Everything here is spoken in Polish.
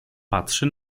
patrzy